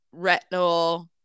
retinol